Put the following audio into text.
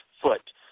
Foot